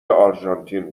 آرژانتین